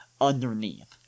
underneath